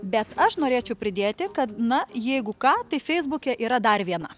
bet aš norėčiau pridėti kad na jeigu ką tai feisbuke yra dar viena